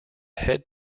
head